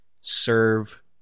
serve